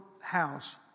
house